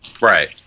Right